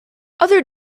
other